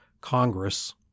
Congress